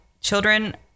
children